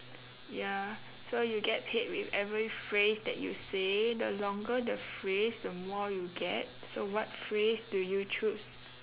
ya so you get paid with every phrase that you say the longer the phrase the more you get so what phrase do you choose